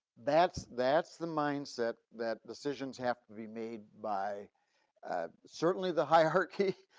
that's that's the mindset that decisions have to be made by certainly the hierarchy.